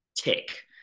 tick